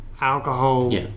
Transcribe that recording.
alcohol